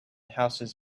houses